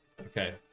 Okay